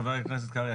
חבר הכנסת קרעי,